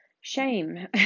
shame